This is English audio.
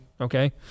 Okay